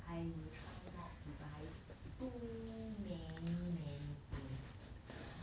I will try not to buy too many many things